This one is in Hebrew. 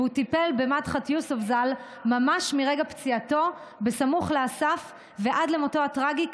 והוא טיפל במדחת יוסף ז"ל ממש מרגע פציעתו ועד למותו הטרגי,